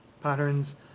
patterns